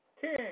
Ten